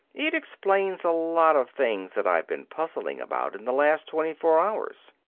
it explains a lot of things that i've been puzzling about in the last twenty-four hours.